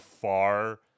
far